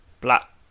black